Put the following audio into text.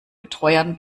betreuern